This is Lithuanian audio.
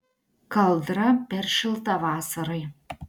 kaldra per šilta vasarai